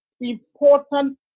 important